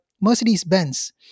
Mercedes-Benz